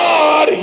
God